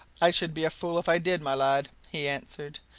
i should be a fool if i did, my lad, he answered.